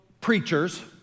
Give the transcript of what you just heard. preachers